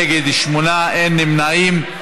נגד, שמונה, אין נמנעים.